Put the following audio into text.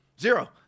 zero